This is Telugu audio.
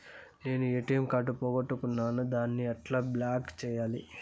నా ఎ.టి.ఎం కార్డు పోగొట్టుకున్నాను, దాన్ని ఎట్లా బ్లాక్ సేయాలి?